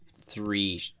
three